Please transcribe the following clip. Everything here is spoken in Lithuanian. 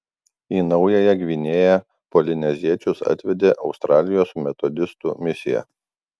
į naująją gvinėją polineziečius atvedė australijos metodistų misija